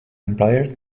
employers